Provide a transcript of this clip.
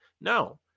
No